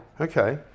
Okay